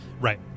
Right